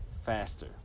Faster